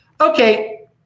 Okay